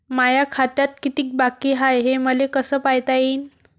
माया खात्यात कितीक बाकी हाय, हे मले कस पायता येईन?